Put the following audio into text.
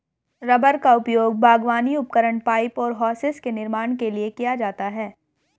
rubber का उपयोग बागवानी उपकरण, पाइप और होसेस के निर्माण के लिए किया जाता है